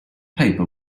paper